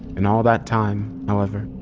in all that time, however,